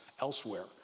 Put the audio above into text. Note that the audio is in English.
elsewhere